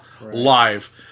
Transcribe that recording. live